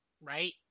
right